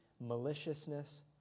maliciousness